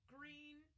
Green